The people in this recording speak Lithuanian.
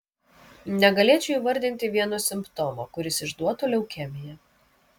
negalėčiau įvardinti vieno simptomo kuris išduotų leukemiją